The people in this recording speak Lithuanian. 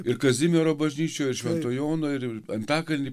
ir kazimiero bažnyčioj ir švento jono ir antakalny